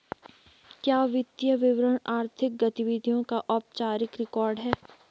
क्या वित्तीय विवरण आर्थिक गतिविधियों का औपचारिक रिकॉर्ड है?